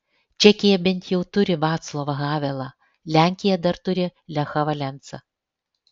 čekija bent jau turi vaclovą havelą lenkija dar turi lechą valensą